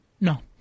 No